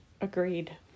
Agreed